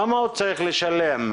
למה הוא צריך לשלם?